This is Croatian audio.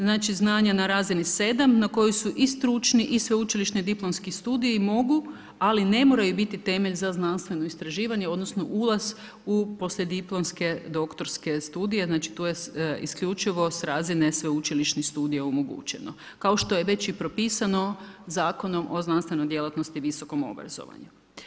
Znači znanja na razini 7, na kojoj su i stručni i sveučilišni diplomski studiji, mogu, ali ne moraju biti temelj za znanstveno istraživanje, odnosno, ulaz u poslijediplomske, doktorske studije, znači tu je isključivo sa razine sveučilišnih studija omogućeno, kao što je već i propisano Zakonom o znanstvenom djelatnosti i visokom obrazovanju.